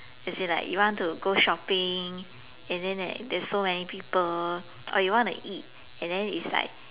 as in like you want to go shopping and then there's there is so many people or you want to eat and then is like